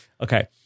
okay